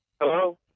Hello